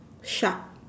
shark